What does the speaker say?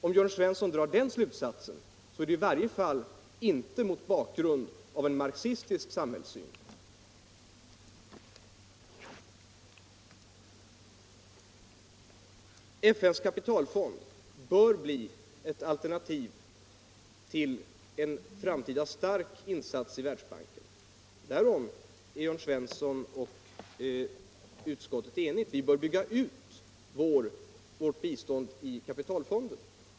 Om Jörn Svensson drar den slutsatsen är det i varje fall inte mot bakgrund av en marxistisk samhällssyn. FN:s kapitalfond bör bli ett alternativ till en framtida stark insats i Världsbanken. Därom är Jörn Svensson och utskottet eniga. Vi bör bygga ut biståndet i kapitalfonden.